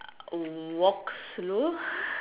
walk slow